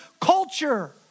culture